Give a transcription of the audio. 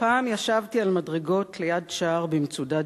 "פעם ישבתי על מדרגות ליד שער במצודת